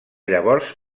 llavors